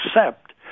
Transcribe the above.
accept